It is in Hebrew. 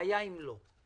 והיה אם לא,